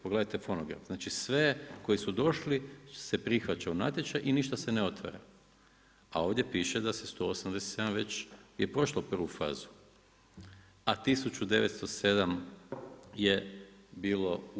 Pogledajte fonogram, znači sve koji su došli su se prihvaćali u natječaj i ništa se ne otvara a ovdje piše da je 187 već prošlo prvu fazu, a 1907 je bilo u